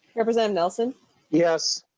represent no sun yes.